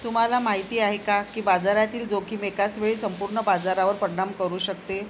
तुम्हाला माहिती आहे का की बाजारातील जोखीम एकाच वेळी संपूर्ण बाजारावर परिणाम करू शकते?